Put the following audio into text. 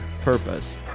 purpose